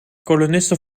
kolonisten